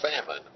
famine